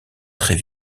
très